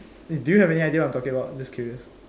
do you have any idea what I'm talking about just curious